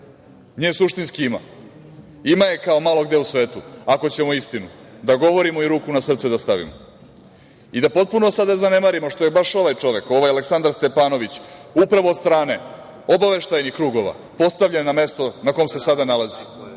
nje suštinski ima. Ima je kao malo gde u svetu, ako ćemo istinu da govorimo i ruku na srce da stavimo. Da potpuno zanemarimo što je baš ovaj čovek, ovaj Aleksandar Stepanović upravo od strane obaveštajnih krugova postavljen na mesto ne kome se sada nalazi,